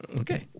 Okay